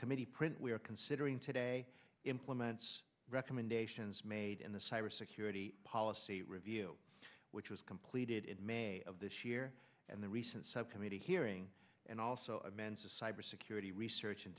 committee print we are considering today implements recommendations made in the cyber security policy review which was completed in may of this year and the recent subcommittee hearing and also a mensa cyber security research and